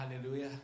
Hallelujah